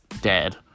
dead